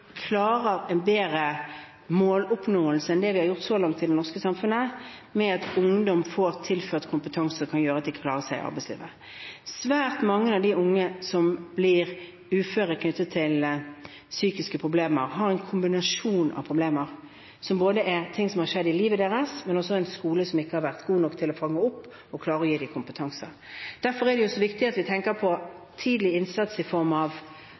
har gjort så langt i det norske samfunnet, med at ungdom får tilført kompetanse som gjør at de kan klare seg i arbeidslivet. Svært mange av de unge som blir uføre på grunn av psykiske problemer, har en kombinasjon av problemer, både ting som har skjedd i livet deres, og også en skole som ikke har vært god nok til å fange dem opp og klare å gi dem kompetanse. Derfor er det så viktig at vi tenker på tidlig innsats i form av